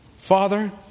Father